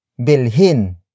Bilhin